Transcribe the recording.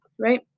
right